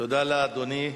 תודה לאדוני.